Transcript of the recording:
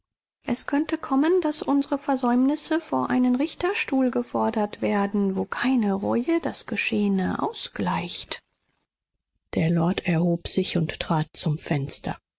es könnte kommen daß unsre versäumnisse vor einen richterstuhl gefordert werden wo keine reue das geschehene ausgleicht der lord erhob sich und trat zum fenster